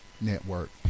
Network